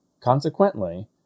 consequently